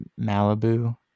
Malibu